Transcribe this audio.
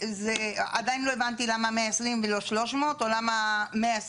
עדיין לא הבנתי למה 120 ולא 300 או למה 120